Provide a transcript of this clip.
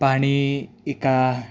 पाणी एका